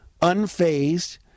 unfazed